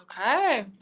Okay